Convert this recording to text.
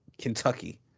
Kentucky